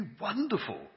wonderful